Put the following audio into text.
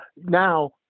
Now